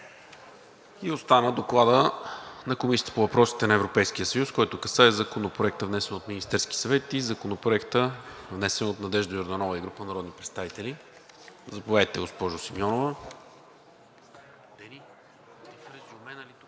Остана Докладът на Комисията по въпросите на Европейския съюз, който касае Законопроекта, внесен от Министерския съвет, и Законопроекта, внесен от Надежда Йорданова и група народни представители. Заповядайте, госпожо Симеонова.